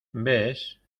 ves